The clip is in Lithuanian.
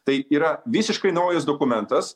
tai yra visiškai naujas dokumentas